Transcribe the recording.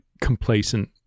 complacent